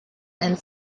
and